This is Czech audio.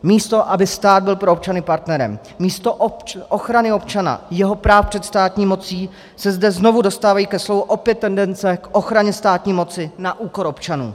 Místo aby stát byl pro občany partnerem, místo ochrany občana, jeho práv před státní mocí se zde znovu dostávají ke slovu tendence k ochraně státní moci na úkor občanů.